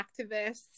activists